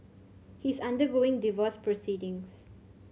he is undergoing divorce proceedings